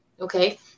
Okay